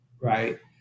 right